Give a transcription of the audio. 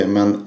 Men